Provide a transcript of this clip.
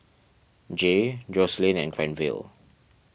Jaye Joselin and Granville